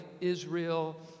Israel